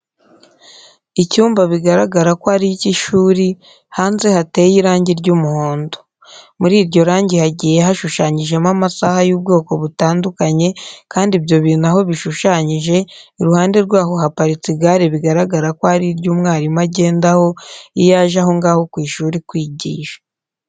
Icyumba bigaragara ko ari icy'ishuri, hanze hateye irangi ry'umuhondo. Muri iryo rangi hagiye hashushanyijemo amasaha y'ubwoko butandukanye kandi ibyo bintu aho bishushanyije, iruhande rwaho haparitse igare bigaragara ko ari iry'umwarimu agendaho iyo aje aho ngaho ku ishuri kwigisha.